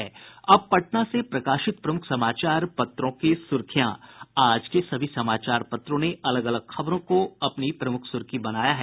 अब पटना से प्रकाशित प्रमुख समाचार पत्रों की सुर्खियां आज के सभी समाचार पत्रों ने अलग अलग खबरों को अपनी प्रमुख सुर्खी बनाया है